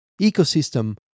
ecosystem